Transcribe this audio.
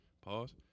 pause